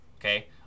Okay